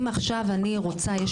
אם עכשיו אני רוצה לעשות משהו,